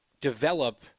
develop